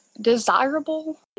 desirable